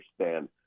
understand